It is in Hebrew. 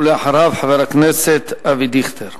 ואחריו, חבר הכנסת אבי דיכטר.